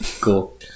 cool